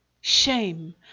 Shame